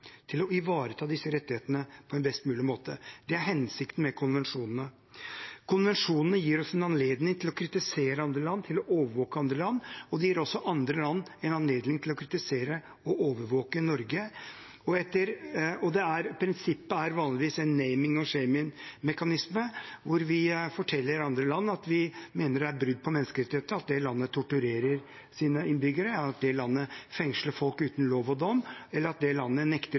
til å ivareta disse rettighetene på en best mulig måte. Det er hensikten med konvensjonene. Konvensjonene gir oss en anledning til å kritisere andre land, til å overvåke andre land, og de gir også andre land en anledning til å kritisere og overvåke Norge. Prinsippet er vanligvis en «naming and shaming»-mekanisme, hvor vi forteller andre land at vi mener det er brudd på menneskerettighetene, at det landet torturerer sine innbyggere, at det landet fengsler folk uten lov og dom, eller at det landet nekter